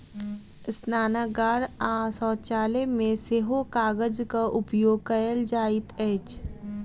स्नानागार आ शौचालय मे सेहो कागजक उपयोग कयल जाइत अछि